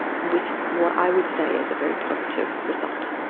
with what i would say is a very positive result.